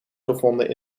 gevonden